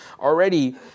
already